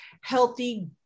healthy